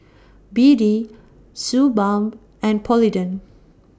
B D Suu Balm and Polident